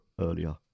earlier